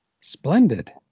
Splendid